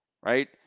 right